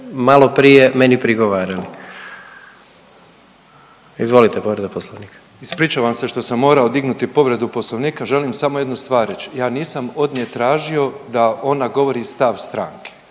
maloprije meni prigovarali. Izvolite povreda poslovnika. **Petrov, Božo (MOST)** Ispričavam se što sam morao dignuti povredu poslovnika, želim samo jednu stvar reć. Ja nisam od nje tražio da ona govori stav stranke,